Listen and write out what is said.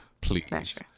Please